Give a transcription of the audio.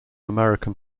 american